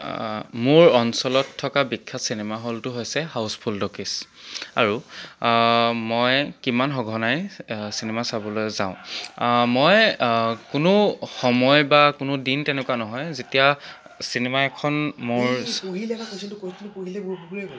মোৰ অঞ্চলত থকা বিখ্যাত চিনেমা হলটো হৈছে হাউচফুল আৰু মই কিমান সঘনাই চিনেমা চাবলৈ যাওঁ মই কোনো সময় বা কোনো দিন তেনেকুৱা নহয় যেতিয়া চিনেমা এখন মোৰ